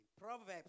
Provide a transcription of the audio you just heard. Proverbs